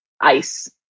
ice